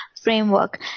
framework